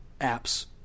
apps